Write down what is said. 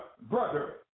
brother